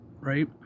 right